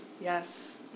Yes